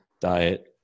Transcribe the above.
diet